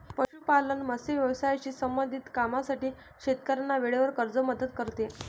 पशुपालन, मत्स्य व्यवसायाशी संबंधित कामांसाठी शेतकऱ्यांना वेळेवर कर्ज मदत करते